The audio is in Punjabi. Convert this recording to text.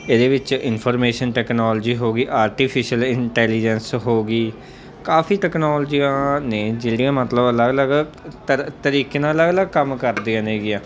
ਇਹਦੇ ਵਿੱਚ ਇਨਫੋਰਮੇਸ਼ਨ ਟੈਕਨੋਲੋਜੀ ਹੋ ਗਈ ਆਰਟੀਫਿਸ਼ਅਲ ਇੰਟੈਲੀਜੈਂਸ ਹੋ ਗਈ ਕਾਫ਼ੀ ਟੈਕਨੋਲਜੀਆਂ ਨੇ ਜਿਹੜੀਆਂ ਮਤਲਬ ਅਲੱਗ ਅਲੱਗ ਤਰ ਤਰੀਕੇ ਨਾਲ ਅਲੱਗ ਅਲੱਗ ਕੰਮ ਕਰਦੀਆਂ ਨੇਗੀਆ